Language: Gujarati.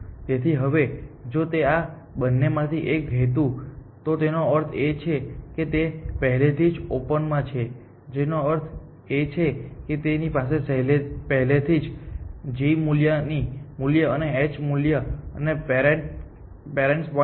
તેથી હવે જો તે આ બંનેમાંથી એક હતું તો તેનો અર્થ એ છે કે તે પહેલેથી જ ઓપન માં છે જેનો અર્થ એ છે કે તેની પાસે પહેલેથી જ g મૂલ્ય અને h મૂલ્ય અને પેરેન્ટ્સ પોઇન્ટ છે